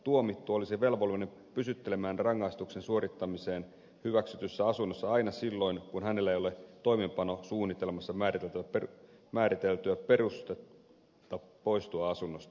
tuomittu olisi velvollinen pysyttelemään rangaistuksen suorittamiseen hyväksytyssä asunnossa aina silloin kun hänellä ei ole toimeenpanosuunnitelmassa määriteltyä perustetta poistua asunnosta